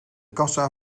kassa